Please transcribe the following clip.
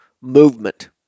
movement